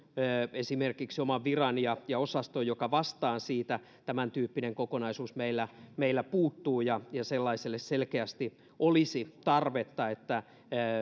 esimerkiksi oman viran ja ja osaston joka vastaa siitä tämäntyyppinen kokonaisuus meiltä puuttuu ja ja sellaiselle selkeästi olisi tarvetta että